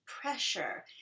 pressure